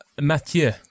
Mathieu